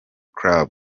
club